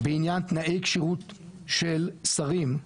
בעניין תנאי כשירות של שרים,